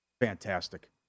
fantastic